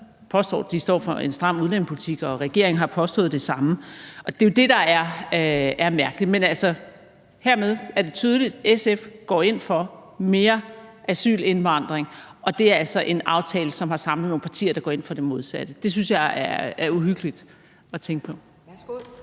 de står for en stram udlændingepolitik, og regeringen har påstået det samme. Og det er jo det, der er mærkeligt. Men altså, hermed er det tydeligt: SF går ind for mere asylindvandring, og det er altså en aftale, som har samlet nogle partier, der går ind for det modsatte. Det synes jeg er uhyggeligt at tænke på. Kl.